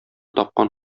тапкан